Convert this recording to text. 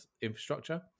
infrastructure